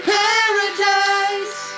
paradise